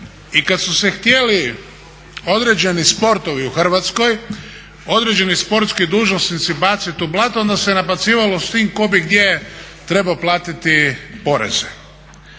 i kad su se htjeli određeni sportovi u Hrvatskoj, određeni sportski dužnosnici baciti u blato onda se nabacivalo s tim tko bi gdje trebao platiti poreze.